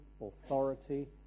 authority